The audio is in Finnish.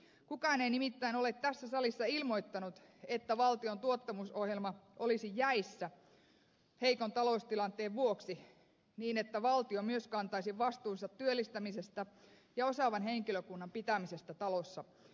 kukaan ei nimittäin ole tässä salissa ilmoittanut että valtion tuottavuusohjelma olisi jäissä heikon taloustilanteen vuoksi niin että valtio myös kantaisi vastuunsa työllistämisestä ja osaavan henkilökunnan pitämisestä talossa